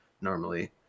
normally